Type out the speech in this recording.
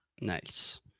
Nice